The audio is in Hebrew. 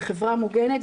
בחברה מוגנת,